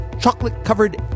chocolate-covered